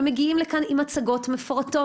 ומגיעים לכאן עם מצגות מפורטות,